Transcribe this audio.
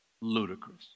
Ludicrous